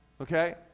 okay